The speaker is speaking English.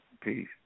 Peace